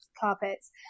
Carpets